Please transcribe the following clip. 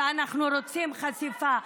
ואנחנו רוצים חשיפה.